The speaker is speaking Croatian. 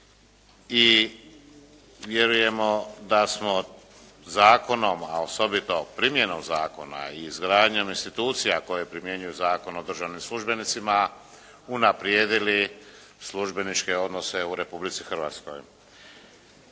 i vjerujemo da smo zakonom a osobito primjenom zakona i izgradnjom institucija koje primjenjuju Zakon o državnim službenicima unaprijedili službeničke odnose u Republici Hrvatskoj.